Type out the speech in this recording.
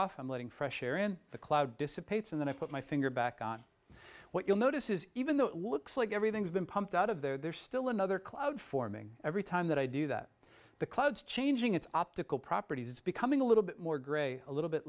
off and letting fresh air in the cloud dissipates and then i put my finger back on what you'll notice is even though looks like everything's been pumped out of there's still another cloud forming every time that i do that the clouds changing its optical properties becoming a little bit more gray a little bit